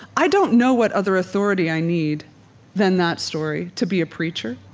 i don't know what other authority i need than that story to be a preacher.